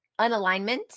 unalignment